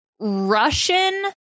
Russian